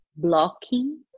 blocking